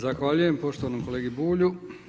Zahvaljujem poštovanom kolegi Bulju.